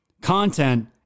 content